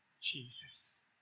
Jesus